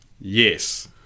yes